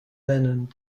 lennon